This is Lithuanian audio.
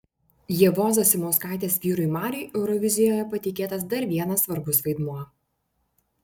ievos zasimauskaitės vyrui mariui eurovizijoje patikėtas dar vienas svarbus vaidmuo